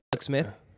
Smith